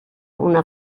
una